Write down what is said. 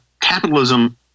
capitalism